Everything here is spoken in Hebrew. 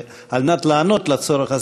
וכדי להיענות לצורך הזה,